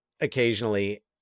occasionally